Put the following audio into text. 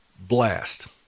blast